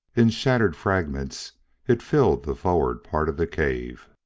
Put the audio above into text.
in shattered fragments it filled the forward part of the cave.